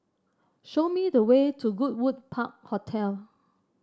show me the way to Goodwood Park Hotel